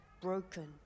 broken